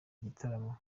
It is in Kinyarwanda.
igitaramo